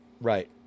Right